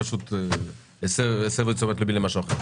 פשוט הסבו את תשומת לבי למשהו אחר.